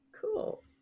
Cool